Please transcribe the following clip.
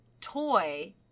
toy